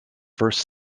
first